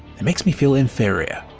it makes me feel inferior!